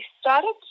started